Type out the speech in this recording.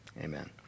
amen